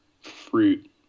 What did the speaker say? fruit